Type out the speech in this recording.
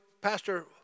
pastor